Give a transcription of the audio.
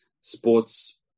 sports